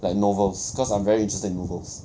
like novels cause I very interested in novels